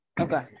Okay